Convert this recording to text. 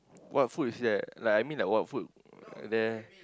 what food is there I mean like what food there